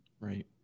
right